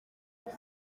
aya